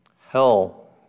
Hell